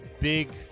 big